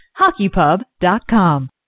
HockeyPub.com